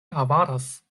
avaras